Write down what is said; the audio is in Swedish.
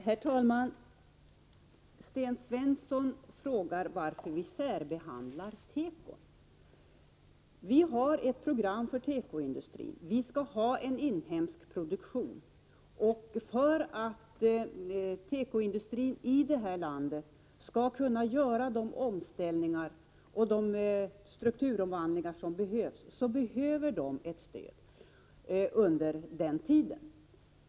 Herr talman! Sten Svensson frågade varför vi särbehandlar tekoindustrin. Vi har ett program för tekoindustrin, och vi skall ha en inhemsk produktion. För att tekoindustrin i detta land skall kunna göra de omställningar och de strukturomvandlingar som erfordras, behöver tekoindustrin ett stöd under den tiden.